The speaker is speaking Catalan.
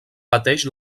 pateix